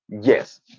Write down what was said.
yes